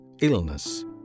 illness